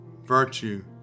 virtue